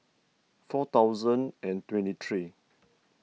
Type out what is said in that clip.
four thousand and twenty three